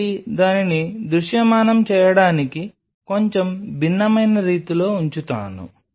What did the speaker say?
కాబట్టి దానిని దృశ్యమానం చేయడానికి కొంచెం భిన్నమైన రీతిలో ఉంచుతాను